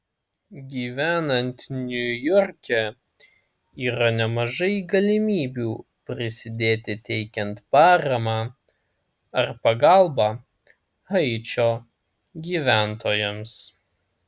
gyvenant niujorke yra nemažai galimybių prisidėti teikiant paramą ar pagalbą haičio gyventojams